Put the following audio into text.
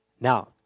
Now